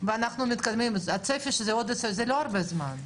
ואנחנו מתקדמים, הצפי שזה לא עוד הרבה זמן.